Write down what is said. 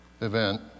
event